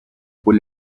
will